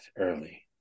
early